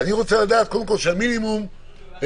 אני רוצה לדעת קודם כול שהמינימום שקיים